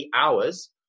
hours